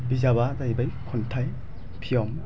बिजाबा जाहैबाय खन्थाइ पियन